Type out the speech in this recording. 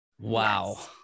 Wow